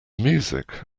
music